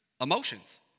Emotions